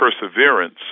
perseverance